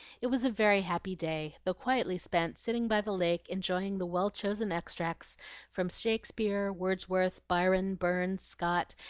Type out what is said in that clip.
it was a very happy day, though quietly spent sitting by the lake enjoying the well-chosen extracts from shakspeare, wordsworth, byron, burns, scott,